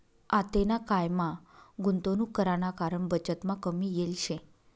आतेना कायमा गुंतवणूक कराना कारण बचतमा कमी येल शे